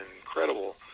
incredible